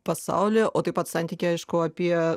pasaulį o taip pat santykį aišku apie